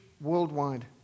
Worldwide